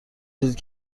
چیزی